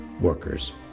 workers